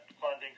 funding